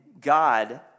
God